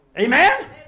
Amen